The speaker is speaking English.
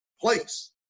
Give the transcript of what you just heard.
place